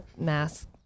mask